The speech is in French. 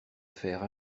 faire